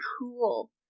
cool